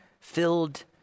filled